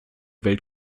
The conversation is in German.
welt